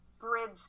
bridge